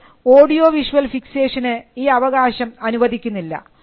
എന്നാൽ audio visual ഫിക്സേഷന് ഈ അവകാശം അനുവദിക്കുന്നില്ല